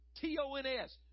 T-O-N-S